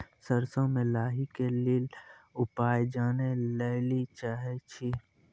सरसों मे लाही के ली उपाय जाने लैली चाहे छी?